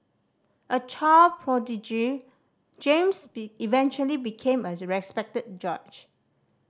a child prodigy James be eventually became a respected judge